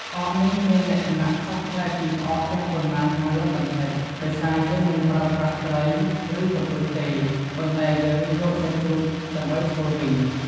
ផ្អកនេះមានលក្ខណៈខុសប្លែកពីផ្អកទាំងប៉ុន្មានខាងលើបន្តិច ដោយសារយើងមិនប្រើប្រាស់ត្រី ឬ កំពឹសទេ ប៉ុន្តែយើងយកសាច់ជ្រូកដើម្បីធ្វើវិញ។